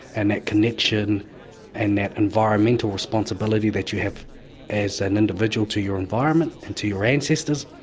and that connection and that environmental responsibility that you have as an individual to your environment and to your ancestors,